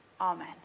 Amen